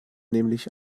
nämlich